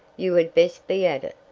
you had best be at it.